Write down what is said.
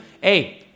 Hey